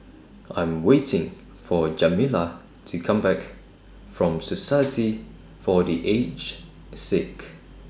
I'm waiting For Jamila to Come Back from Society For The Aged Sick